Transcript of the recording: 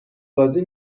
بازی